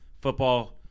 Football